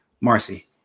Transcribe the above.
Marcy